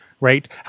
right